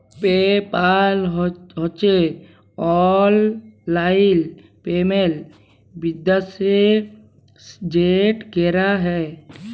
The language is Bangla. পে পাল হছে অললাইল পেমেল্ট বিদ্যাশে যেট ক্যরা হ্যয়